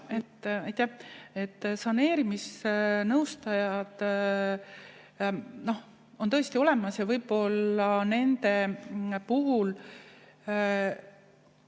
Saneerimisnõustajad on tõesti olemas ja võib-olla nende puhul